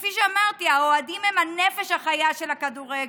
כפי שאמרתי, האוהדים הם הנפש החיה של הכדורגל.